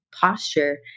posture